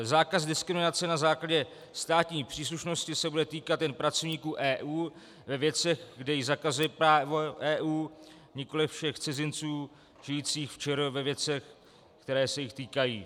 Zákaz diskriminace na základě státní příslušnosti se bude týkat jen pracovníků EU ve věcech, kde ji zakazuje právo EU, nikoliv všech cizinců žijících v ČR ve věcech, které se jich týkají.